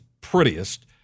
prettiest